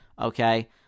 Okay